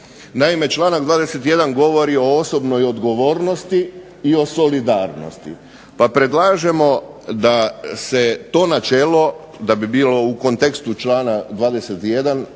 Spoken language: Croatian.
naime članak 21. govori o osobnoj odgovornosti i o solidarnosti. Pa predlažemo da se to načelo da bi bilo u kontekstu članka 21.,